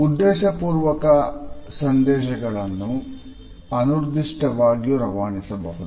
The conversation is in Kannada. ಉದ್ದೇಶಪೂರ್ವಕ ಸಂದೇಶಗಳನ್ನು ಅನುದ್ದಿಷ್ಟ ವಾಗಿಯೂ ರವಾನಿಸಬಹುದು